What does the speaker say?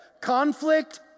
Conflict